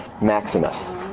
Maximus